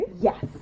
Yes